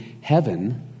Heaven